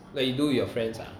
like you do with your friends ah